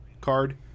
card